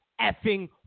effing